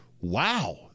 wow